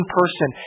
person